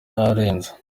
yarenze